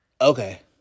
Okay